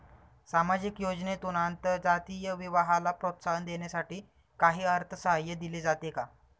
सामाजिक योजनेतून आंतरजातीय विवाहाला प्रोत्साहन देण्यासाठी काही अर्थसहाय्य दिले जाते का?